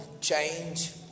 change